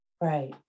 Right